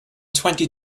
twenty